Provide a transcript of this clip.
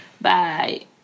Bye